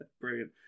Brilliant